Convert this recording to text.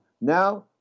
Now